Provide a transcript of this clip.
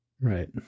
Right